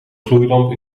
gloeilamp